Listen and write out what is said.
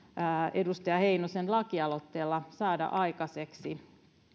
edustaja heinosen lakialoitteella saada aikaiseksi